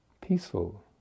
peaceful